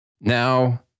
now